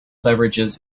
beverages